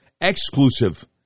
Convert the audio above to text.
exclusive